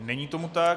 Není tomu tak.